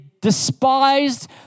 despised